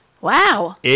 wow